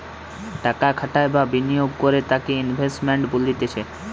টাকা খাটাই বা বিনিয়োগ করে তাকে ইনভেস্টমেন্ট বলতিছে